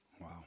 Wow